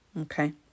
Okay